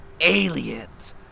Aliens